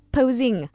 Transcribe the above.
posing